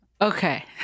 okay